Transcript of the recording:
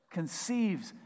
conceives